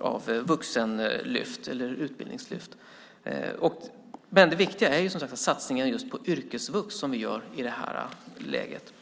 av vuxenlyft eller utbildningslyft. Men det viktiga är som sagt den satsning på yrkesvux som vi gör i det här läget.